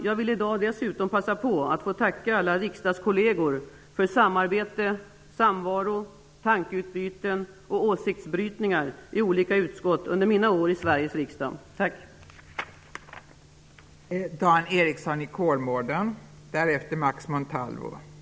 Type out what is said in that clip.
Jag vill i dag dessutom passa på att tacka alla riksdagskolleger för samarbete, samvaro, tankeutbyten och åsiktsbrytningar i olika utskott under mina år i Sveriges riksdag. Tack.